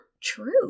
true